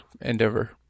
endeavor